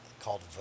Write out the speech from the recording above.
called